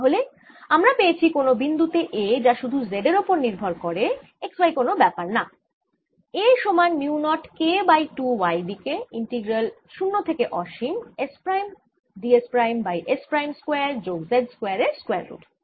তাহলে আমরা পেয়েছি কোন বিন্দু তে A যা শুধু Z এর ওপর নির্ভর করে x y কোন ব্যাপার না A সমান mu naught K by 2 y দিকে ইন্টিগ্রাল 0 থেকে অসীম S prime d s prime by S prime square যোগ z স্কয়ার এর স্কয়ার রুট